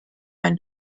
ein